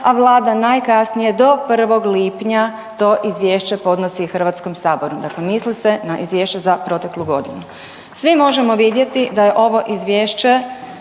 a vlada najkasnije do 1. lipnja to izvješće podnosi HS, dakle misli se na izvješće za proteklu godinu. Svi možemo vidjeti da je ovo izvješće